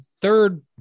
third